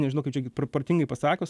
nežinau kaip čia proporcingai pasakius